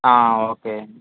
okay